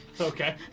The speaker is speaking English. Okay